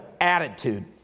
attitude